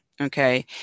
Okay